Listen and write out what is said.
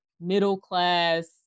middle-class